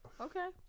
Okay